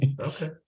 Okay